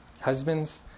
Husbands